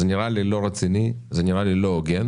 זה נראה לי לא רציני, זה נראה לי לא הוגן,